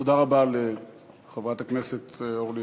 תודה רבה לחברת הכנסת אורלי